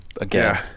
again